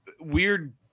Weird